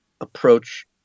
approach